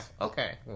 Okay